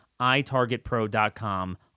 itargetpro.com